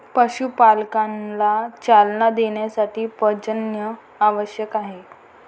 पशुपालनाला चालना देण्यासाठी प्रजनन आवश्यक आहे